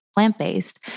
plant-based